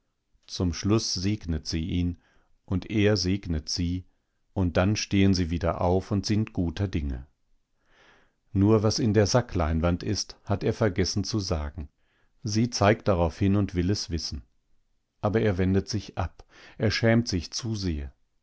zum schluß segnet sie ihn und er segnet sie und dann stehen sie wieder auf und sind guter dinge nur was in der sackleinwand ist hat er vergessen zu sagen sie zeigt darauf hin und will es wissen aber er wendet sich ab er schämt sich zu sehr